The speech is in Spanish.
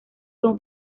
son